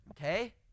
Okay